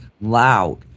loud